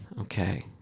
Okay